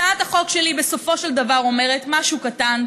הצעת החוק שלי בסופו של דבר אומרת משהו קטן,